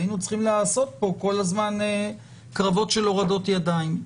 היינו צריכים לעשות פה כל הזמן קרבות של הורדות ידיים.